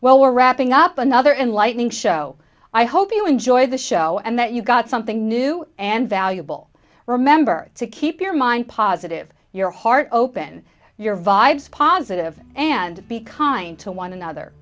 well we're wrapping up another enlightening show i hope you enjoy the show and that you've got something new and valuable remember to keep your mind positive your heart open your vibes positive and be kind to one another